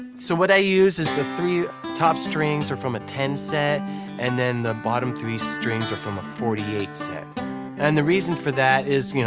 so what i use is the three top strings are from a ten set and then the bottom three strings are from a forty eight set and the reason for that is,